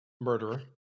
Murderer